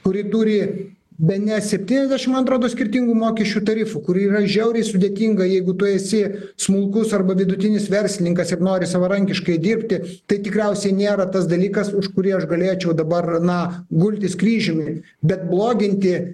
kuri turi bene septyniasdešim atrodo skirtingų mokesčių tarifų kur yra žiauriai sudėtinga jeigu tu esi smulkus arba vidutinis verslininkas ir nori savarankiškai dirbti tai tikriausiai nėra tas dalykas už kurį aš galėčiau dabar na gultis kryžiumi bet bloginti